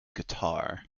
guitar